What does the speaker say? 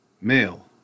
male